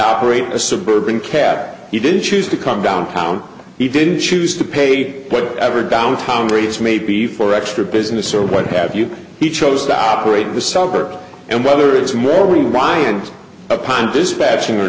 operate a suburban cat he didn't choose to come downtown he didn't choose to pay what ever downtown rates maybe for extra business or what have you he chose to operate in the suburbs and whether it's more reliant upon this fashion or